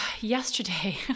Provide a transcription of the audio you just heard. yesterday